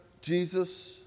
Jesus